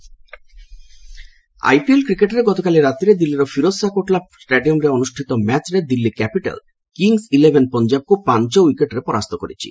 IPL cricket IPL cricket ଗତକାଲି ରାତିରେ ଦିଲ୍ଲୀର ଫିରୋଜ ଗାନ୍ଧୀ କୋଟଲା ଷ୍ଟାଡିୟମରେ ଅନୁଷ୍ଠିତ ମ୍ୟାଚରେ ଦିଲ୍ଲୀ କ୍ୟାପିଟାଲ କିଙ୍ଗସ ଇଲେଭେନ ପଞ୍ଜାବକୁ ପାଞ୍ଚ ୱିକେଟରେ ପରାସ୍ତ କରିଛି